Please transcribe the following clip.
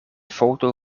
foto